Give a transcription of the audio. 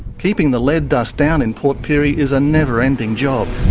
keeping the lead dust down in port pirie is a never-ending job.